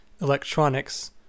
electronics